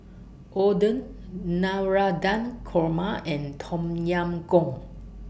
Oden Navratan Korma and Tom Yam Goong